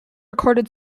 recorded